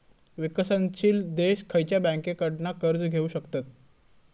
विकसनशील देश खयच्या बँकेंकडना कर्ज घेउ शकतत?